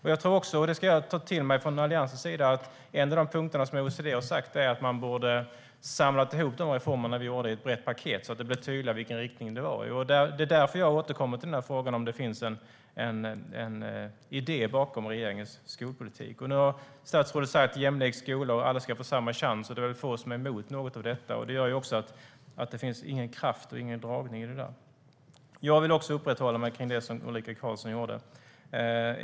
En av de saker som OECD tagit upp - och det tar jag till mig från Alliansens sida - är att vi borde ha samlat ihop de reformer som vi gjorde i ett brett paket så att riktningen hade blivit tydlig. Därför återkommer jag till frågan om det finns en idé bakom regeringens skolpolitik. Nu har statsrådet talat om en jämlik skola och att alla ska få samma chans. Det är väl få som är emot något av detta. Det gör att det varken finns kraft eller drag i det. Jag vill upprätthålla mig vid det som Ulrika Carlsson tog upp.